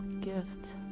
gift